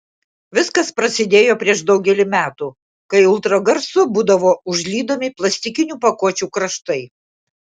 viskas prasidėjo prieš daugelį metų kai ultragarsu būdavo užlydomi plastikinių pakuočių kraštai